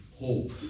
hope